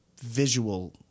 visual